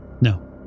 No